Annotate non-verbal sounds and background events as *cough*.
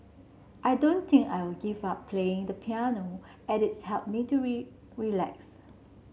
I don't think I will give up playing the piano as it helps me to *unintelligible* relax